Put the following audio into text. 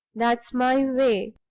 that's my way.